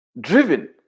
driven